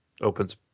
opens